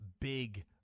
big